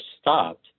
stopped